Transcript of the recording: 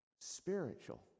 spiritual